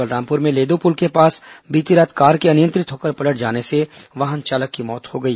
बलरामपुर में लेदो पुल के पास बीती रात कार के अनियंत्रित होकर पलट जाने से वाहन चालक की मौत हो गई